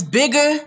bigger